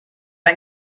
ein